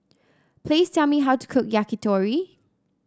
please tell me how to cook Yakitori